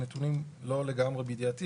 הנתונים לא לגמרי בידיעתי,